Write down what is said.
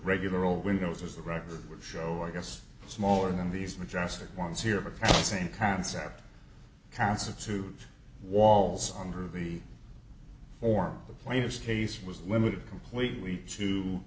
regular old windows as the record would show i guess smaller than these majestic ones here but the same concept constitute walls under the form the plaintiff's case was limited completely to